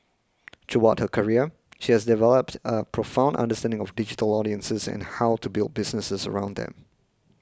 throughout her career she has developed a profound understanding of digital audiences and how to build businesses around them